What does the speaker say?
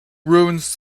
ruins